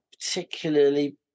particularly